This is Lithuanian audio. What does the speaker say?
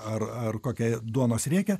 ar ar kokią duonos riekę